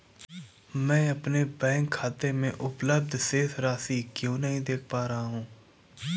मैं अपने बैंक खाते में उपलब्ध शेष राशि क्यो नहीं देख पा रहा हूँ?